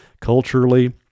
culturally